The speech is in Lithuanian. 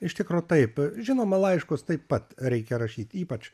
iš tikro taip žinoma laiškus taip pat reikia rašyt ypač